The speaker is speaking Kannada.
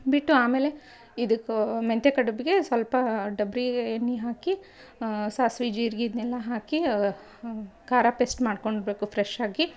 ಬಿಟ್ಟು ಆಮೇಲೆ ಇದಕ್ಕೆ ಮೆಂತೆ ಕಡುಬಿಗೆ ಸ್ವಲ್ಪಾ ಡಬ್ರೀಗೆ ಎಣ್ಣೆ ಹಾಕಿ ಸಾಸಿವೆ ಜೀರಿಗೆ ಇದನೆಲ್ಲ ಹಾಕೀ ಖಾರ ಪೇಸ್ಟ್ ಮಾಡ್ಕೊಳ್ಬೇಕು ಫ್ರೆಶ್ಶಾಗಿ